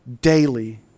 daily